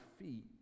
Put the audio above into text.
feet